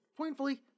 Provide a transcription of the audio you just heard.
pointfully